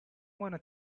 wanna